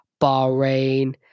Bahrain